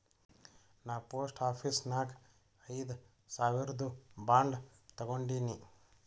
ನಾ post office ನಾಗ್ ಐಯ್ದ ಸಾವಿರ್ದು ಬಾಂಡ್ ತಗೊಂಡಿನಿ